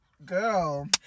Girl